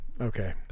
Okay